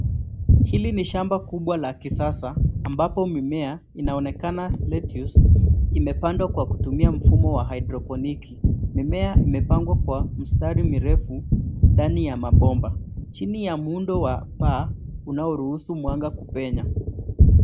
Hili ni shamba kubwa la kisasa, ambapo mimea inaonekana lettuce imepandwa kwa kutumia mfumo wa haidroponiki. Mimea imepangwa kwa mistari mirefu ndani ya mabomba. chini ya muundo wa paa, unaoruhusu mwanga kupenya.